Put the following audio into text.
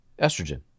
estrogen